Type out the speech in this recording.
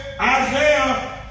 Isaiah